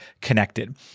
connected